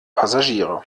passagiere